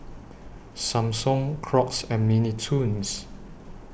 Samsung Crocs and Mini Toons